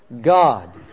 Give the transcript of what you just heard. God